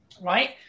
Right